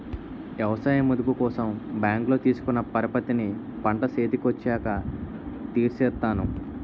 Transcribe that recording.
ఎవసాయ మదుపు కోసం బ్యాంకులో తీసుకున్న పరపతిని పంట సేతికొచ్చాక తీర్సేత్తాను